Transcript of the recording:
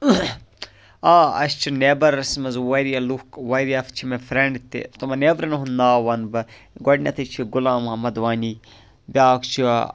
آ اَسہِ چھِ نیبرس مَنٛز واریاہ لُکھ واریاہ چھِ مےٚ فرنٛڈ تہِ تِمَن نیبرَن ہُنٛد ناو وَنہٕ بہٕ گۄڈنیٚتھٕے چھ غلام محمد وانی بیاکھ چھُ